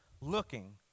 looking